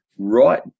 right